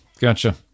Gotcha